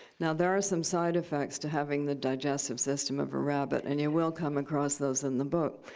now, there are some side effects to having the digestive system of a rabbit. and you will come across those in the book.